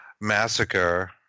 Massacre